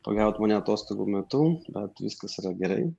pagavot mane atostogų metu bet viskas yra gerai